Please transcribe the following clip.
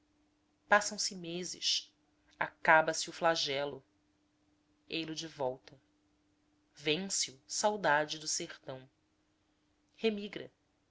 passam-se meses acaba se o flagelo ei-lo de volta vence o saudade do sertão remigra